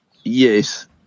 Yes